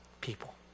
people